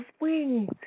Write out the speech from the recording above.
wings